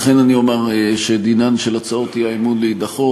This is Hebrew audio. לכן אני אומר שדינן של הצעות האי-אמון להידחות.